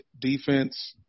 defense